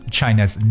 China's